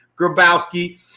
Grabowski